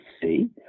see